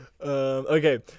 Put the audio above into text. Okay